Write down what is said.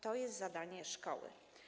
To jest zadanie szkoły.